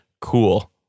cool